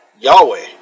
Yahweh